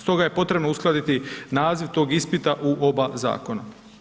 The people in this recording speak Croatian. Stoga je potrebno uskladiti naziv tog ispita u oba zakona.